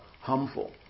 harmful